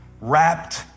wrapped